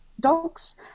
dogs